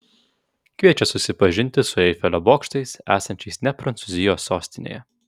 kviečia susipažinti su eifelio bokštais esančiais ne prancūzijos sostinėje